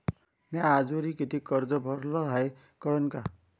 म्या आजवरी कितीक कर्ज भरलं हाय कळन का?